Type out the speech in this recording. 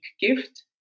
gift